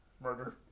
Murder